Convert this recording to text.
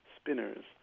spinners